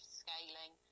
scaling